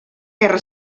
guerra